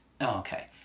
okay